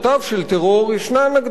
יש הגדרות אוניברסליות,